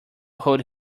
hold